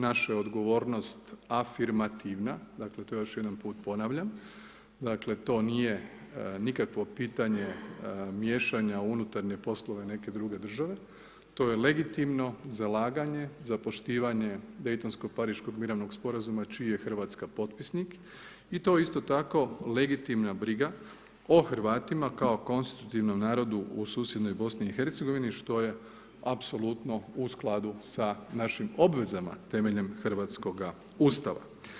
Naša je odgovornost afirmativna, dakle to još jedan put ponavljam, dakle to nije nikakvo pitanje miješanja u unutarnje poslove neke druge države, to je legitimno zalaganje za poštivanje Dejtonsko-pariškog mirovnog sporazuma čiji je Hrvatska potpisnik i to je isto tako legitimna briga o Hrvatima kao konstruktivnom narodu u susjednoj BiH što je apsolutno u skladu sa našim obvezama temeljem Hrvatskoga ustava.